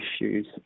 issues